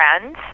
friends